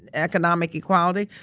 and economic equality.